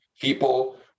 people